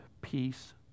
peace